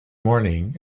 morning